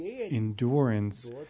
endurance